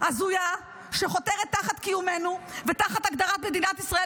הזויה שחותרת תחת קיומנו ותחת הגדרת מדינת ישראל